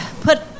put